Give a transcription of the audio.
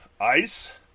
ICE